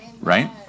right